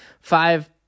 five